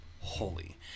holy